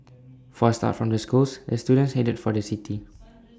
forced out from the schools the students headed for the city